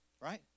right